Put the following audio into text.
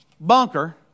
Bunker